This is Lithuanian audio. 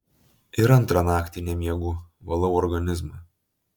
ir antrą naktį nemiegu valau organizmą